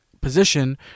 position